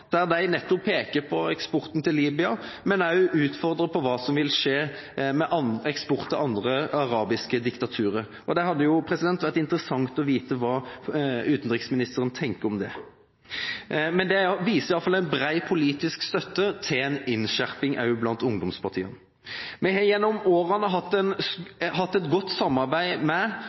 der de peker på eksporten til Libya, men også utfordrer på hva som vil skje med eksport til andre arabiske diktaturer. Det hadde vært interessant å vite hva utenriksministeren tenker om det. Det viser i alle fall en bred politisk støtte til en innskjerping også blant ungdomspartiene. Vi har gjennom årene hatt et godt samarbeid med